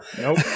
Nope